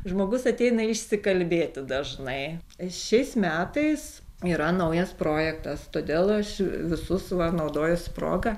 žmogus ateina išsikalbėti dažnai šiais metais yra naujas projektas todėl aš visus va naudojuosi proga